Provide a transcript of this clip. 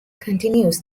continues